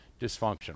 dysfunctional